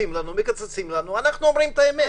אנחנו אומרים את האמת.